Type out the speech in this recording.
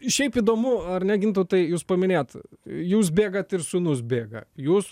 šiaip įdomu ar ne gintautai jūs paminėjot jūs bėgat ir sūnus bėga jūs